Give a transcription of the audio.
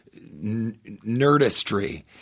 nerdistry